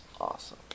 awesome